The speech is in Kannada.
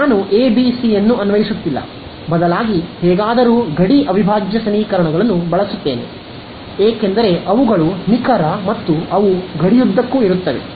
ನಾನು ಎಬಿಸಿಯನ್ನು ಅನ್ವಯಿಸುತ್ತಿಲ್ಲ ಬದಲಾಗಿ ಹೇಗಾದರೂ ಗಡಿ ಅವಿಭಾಜ್ಯ ಸಮೀಕರಣಗಳನ್ನು ಬಳಸುತ್ತೇನೆ ಏಕೆಂದರೆ ಅವುಗಳು ನಿಖರ ಮತ್ತು ಅವು ಗಡಿಯುದ್ದಕ್ಕೂ ಇರುತ್ತವೆ